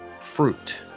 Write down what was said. fruit